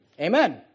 Amen